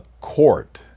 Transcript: court